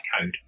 code